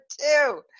two